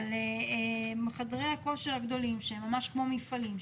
אבל חדרי הכושר הגדולים שהם ממש כמו מפעלים,